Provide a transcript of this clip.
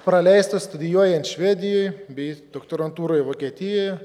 praleistus studijuojant švedijoj bei doktorantūroj vokietijoje